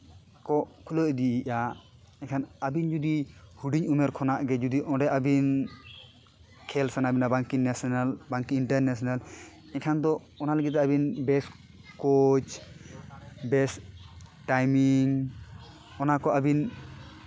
ᱠᱚ ᱠᱷᱩᱞᱟᱹᱣ ᱤᱫᱤᱭᱮᱜᱼᱟ ᱮᱱᱠᱷᱟᱱ ᱟᱹᱵᱤᱱ ᱡᱩᱫᱤ ᱦᱩᱰᱤᱧ ᱩᱢᱮᱨ ᱠᱷᱚᱱᱟᱜ ᱜᱮ ᱡᱩᱫᱤ ᱚᱸᱰᱮ ᱟᱹᱵᱤᱱ ᱠᱷᱮᱞ ᱥᱟᱱᱟ ᱵᱤᱱᱟ ᱵᱟᱝ ᱠᱤ ᱱᱮᱥᱱᱮᱞ ᱵᱟᱝᱠᱤ ᱤᱱᱴᱟᱨᱱᱮᱥᱱᱮᱞ ᱮᱱᱠᱷᱟᱱ ᱫᱚ ᱚᱱᱟ ᱞᱟᱹᱜᱤᱫ ᱫᱚ ᱟᱹᱵᱤᱱ ᱵᱮᱥᱴ ᱠᱳᱪ ᱵᱮᱥᱴ ᱴᱟᱭᱢᱤᱝ ᱚᱱᱟ ᱠᱚ ᱟᱹᱵᱤᱱ